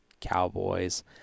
Cowboys